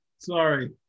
sorry